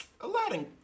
Aladdin